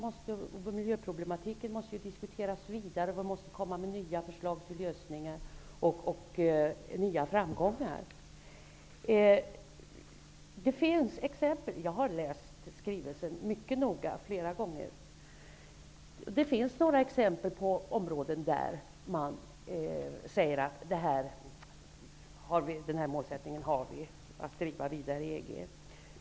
Miljöproblematiken måste diskuteras vidare, man måste komma med nya förslag till lösningar och om hur man skall gå vidare. Jag har läst skrivelsen mycket noga flera gånger. Det finns några exempel på områden där man talar om vilka mål man skall driva vidare i EG.